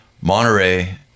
Monterey